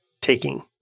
taking